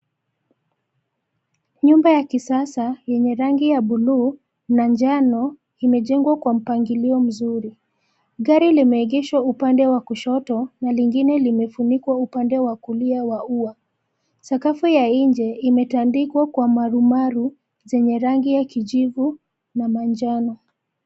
Nyumba ya kisasa yenye rangi ya bluu na njano, imejengwa kwa mpangilio mzuri. Gari limeegeshwa upande wa kushoto na lingine limefunikwa upande wa kulia wa ua, sakafu ya nje imetandikwa kwa marumaru, zenye rangi ya kijivu, na manjano.